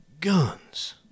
guns